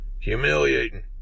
humiliating